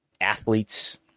athletes